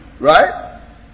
Right